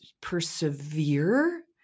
persevere